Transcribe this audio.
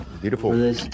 Beautiful